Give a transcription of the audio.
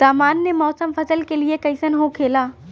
सामान्य मौसम फसल के लिए कईसन होखेला?